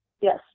Yes